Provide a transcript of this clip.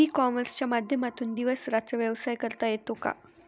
E कॉमर्सच्या माध्यमातून दिवस रात्र व्यवसाय करता येतो का?